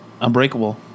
Unbreakable